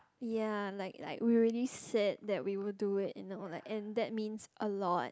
ya like like we already said that we would do it you know and that means a lot